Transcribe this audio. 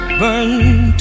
burned